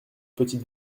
petite